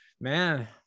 Man